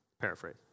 paraphrase